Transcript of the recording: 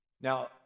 Now